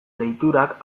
deiturak